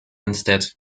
instead